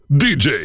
dj